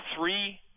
three